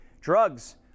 drugs